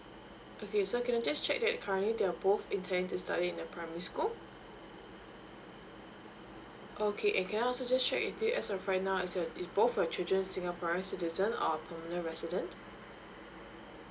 okay so can I just check that currently they're both intend to study in the primary school okay and can I also just check with you as of right now is uh it's both of your children singaporeans citizen or permanent resident